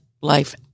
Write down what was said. life